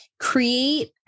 create